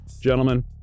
Gentlemen